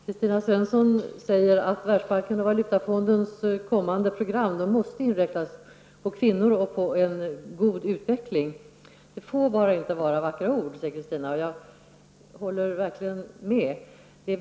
Herr talman! Kristina Svensson sade att Världsbankens och Internationella valutafondens kommande program måste inriktas på kvinnor och på en god utveckling. Det får inte vara bara vackra ord, säger hon. Jag håller verkligen med henne.